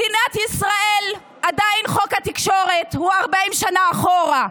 מדינת ישראל, עדיין חוק התקשורת הוא 40 שנה אחורה.